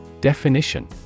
Definition